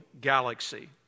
galaxy